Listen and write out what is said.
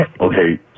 Okay